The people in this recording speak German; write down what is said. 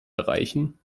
erreichen